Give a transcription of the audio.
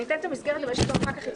אני אתן את המסגרת אבל אחר כך אם יהיו